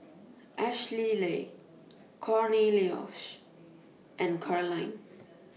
Ashleigh Cornelious and Caroline